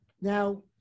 now